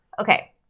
Okay